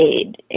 aid